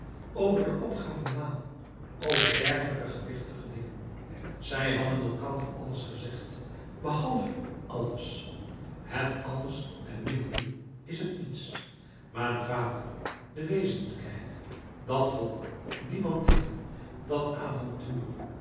over de opgaande maan over dergelijke gewichtige dingen zij hadden elkander alles gezegd behalve alles het alles der minnenden is het niets maar de vader de wezenlijkheid dat hol die bandieten dat avontuur